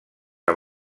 amb